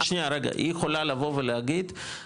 היא יכולה לבוא ולהגיד,